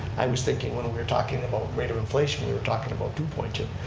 i was thinking when we were talking about rate of inflation, we were talking about two point two.